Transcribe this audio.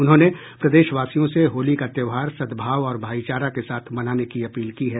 उन्होंने प्रदेशवासियों से होली का त्योहार सद्भाव और भाईचारा के साथ मनाने की अपील की है